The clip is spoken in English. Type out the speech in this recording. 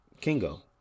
Kingo